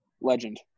legend